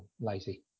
lazy